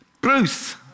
Bruce